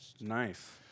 Nice